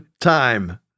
time